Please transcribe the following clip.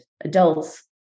adults